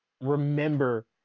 remember